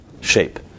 shape